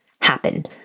happen